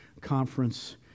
conference